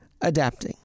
adapting